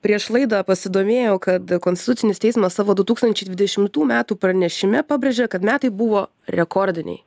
prieš laidą pasidomėjau kad konstitucinis teismas savo du tūkstančiai dvidešimtų metų pranešime pabrėžė kad metai buvo rekordiniai